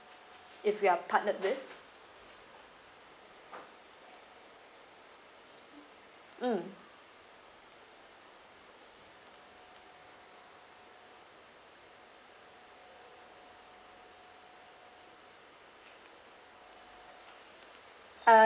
if we are partnered with mm uh